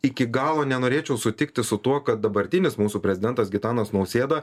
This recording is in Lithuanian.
iki galo nenorėčiau sutikti su tuo kad dabartinis mūsų prezidentas gitanas nausėda